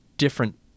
different